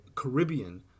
caribbean